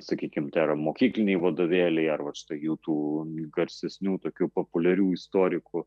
sakykim tai yra mokykliniai vadovėliai arba jų tų garsesnių tokių populiarių istorikų